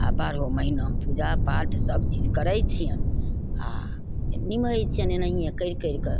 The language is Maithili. आओर बारहो महीनामे पूजापाठ सबचीज करय छियनि आओर निमहय छियनि एनाहिये करि करि कऽ